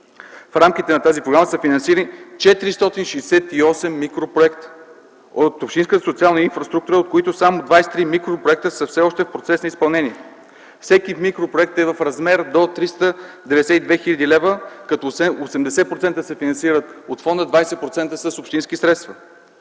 в рамките на тази програма са финансирани 468 микропроекта от общинска и социална инфраструктура, от които само 23 микропроекта са все още в процес на изпълнение. Всеки микропроект е в размер до 392 хил. лв., като 80% се финансират от фонда, 20% са с общински средства.